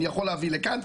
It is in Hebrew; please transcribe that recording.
אני יכול להביא לכאן.